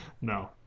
No